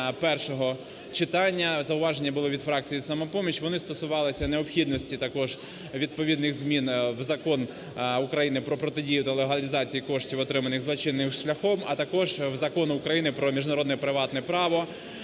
першого читання. Зауваження були від фракції "Самопоміч". Вони стосувалися необхідності також відповідних змін в Закон України про протидію легалізації коштів, отриманих злочинним шляхом, а також в Закону України "Про міжнародне приватне право".